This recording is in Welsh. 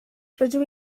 rydw